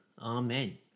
amen